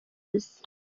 azi